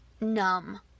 Numb